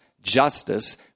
justice